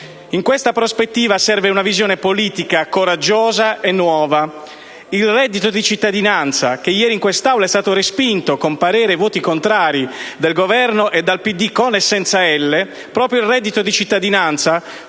In questa prospettiva serve una visione politica coraggiosa e nuova. Il reddito di cittadinanza, che ieri in quest'Aula è stato respinto con pareri e voti contrari del Governo e dal PD con e senza "L",